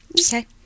Okay